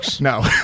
No